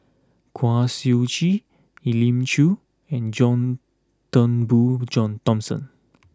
Kwa Siew Tee Elim Chew and John Turnbull Jiong Thomson